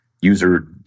user